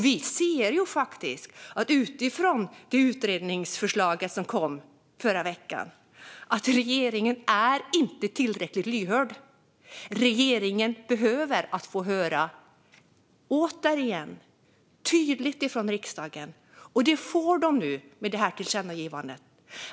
Med tanke på det utredningsförslag som kom i förra veckan ser vi att regeringen inte är tillräckligt lyhörd. Regeringen behöver få höra detta återigen, tydligt från riksdagen. Det får regeringen i och med det här tillkännagivandet.